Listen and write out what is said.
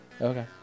Okay